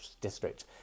District